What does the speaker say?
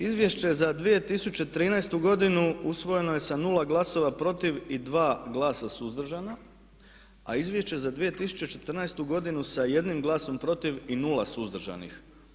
Izvješće za 2013. godinu usvojeno je sa nula glasova protiv i dva glasa suzdržana a izvješće za 2014. godinu sa jednim glasom protiv i nula suzdržanih.